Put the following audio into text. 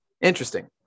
Interesting